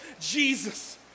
Jesus